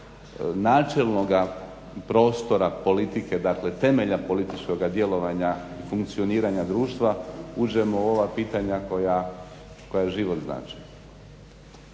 načelnoga prostora politike, dakle temelja političkoga djelovanja funkcioniranja društva uđemo u ova pitanja koja život znače.